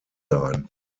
sein